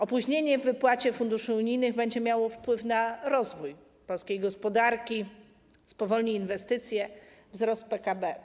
Opóźnienie w wypłacie funduszy unijnych będzie miało wpływ na rozwój polskiej gospodarki, spowolni inwestycje, wzrost PKB.